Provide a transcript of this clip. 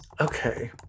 okay